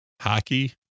Hockey